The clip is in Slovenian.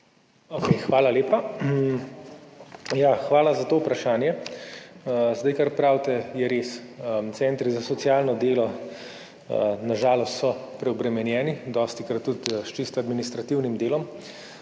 Hvala lepa. Hvala za to vprašanje. Kar pravite, je res. Centri za socialno delo so na žalost preobremenjeni, dostikrat tudi s čisto administrativnim delom,